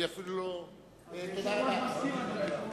תודה רבה.